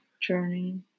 journey